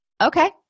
okay